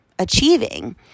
achieving